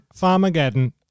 Farmageddon